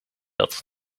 had